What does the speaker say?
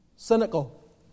cynical